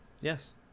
Yes